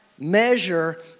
measure